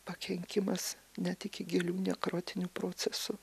pakenkimas net iki gilių nekrotinių procesų